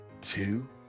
two